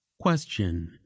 question